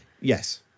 Yes